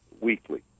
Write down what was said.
weekly